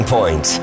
Point